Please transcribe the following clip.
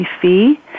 fee